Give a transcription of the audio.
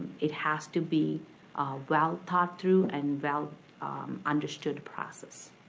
it has to be well thought through and well understood process.